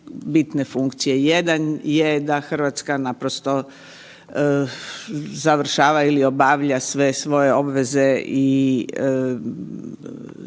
bitne funkcije, jedan je da Hrvatska naprosto završava ili obavlja sve svoje obveze i